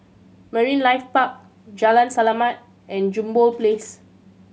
Marine Life Park Jalan Selamat and Jambol Place